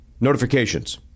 Notifications